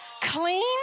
clean